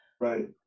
Right